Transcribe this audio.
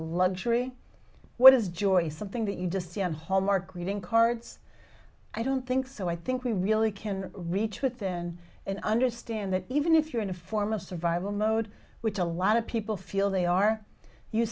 luxury what is joy something that you just see on hallmark greeting cards i don't think so i think we really can reach within and understand that even if you're in a form of survival mode which a lot of people feel they are you